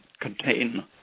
contain